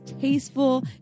tasteful